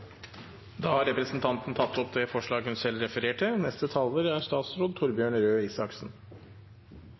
Da har representanten Emilie Enger Mehl tatt opp det forslaget hun refererte